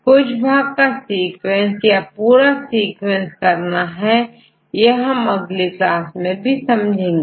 कुछ भाग का सीक्वेंस या पूरा सीक्वेंस करना है यह हम अगली क्लास में समझेंगे